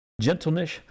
gentleness